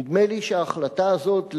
נדמה לי שההחלטה הזאת,